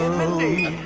mindy,